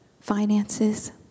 finances